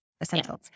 essentials